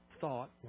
thought